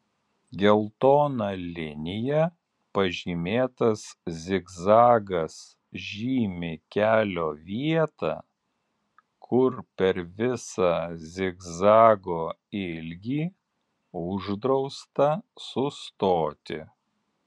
geltona linija pažymėtas zigzagas žymi kelio vietą kur per visą zigzago ilgį uždrausta sustoti